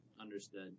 Understood